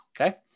okay